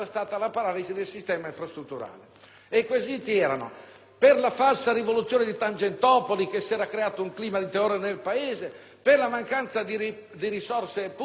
dovuta alla falsa rivoluzione di Tangentopoli, che aveva creato un clima di terrore nel Paese, alla mancanza di risorse pubbliche o alla macchinosità delle leggi.